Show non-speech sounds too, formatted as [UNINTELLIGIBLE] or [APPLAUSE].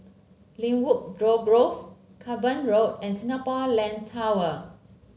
Lynwood [UNINTELLIGIBLE] Grove Cavan Road and Singapore Land Tower